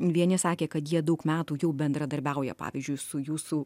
vieni sakė kad jie daug metų jau bendradarbiauja pavyzdžiui su jūsų